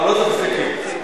אה, לא צריך לסכם.